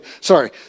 Sorry